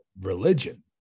religion